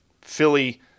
Philly